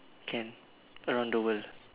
can around the world